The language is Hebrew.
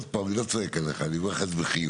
ואני לא צועק עליך, אני אומר לך את זה בחיוך,